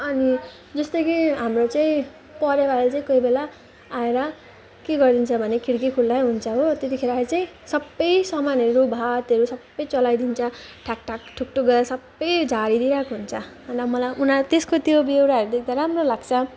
अनि जस्तै कि हाम्रो चाहिँ परेवाले चाहिँ कोही बेला आएर के गरिदिन्छ भने खिड्की खुल्लै हुन्छ हो त्यतिखेर चाहिँ सबै समानहरू भातहरू सबै चलाइदिन्छ ठ्याक्ठ्याक् ठुक्ठुक् गरेर सबै झारिदिरहेको हुन्छ अन्त मलाई उनीहरू त्यसको त्यो व्यवहारहरू देख्दा राम्रो लाग्छ